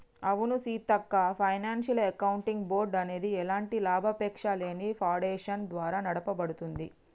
అవును Seethakka financial accounting board అనేది ఎలాంటి లాభాపేక్షలేని ఫాడేషన్ ద్వారా నడపబడుతుంది